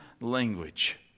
language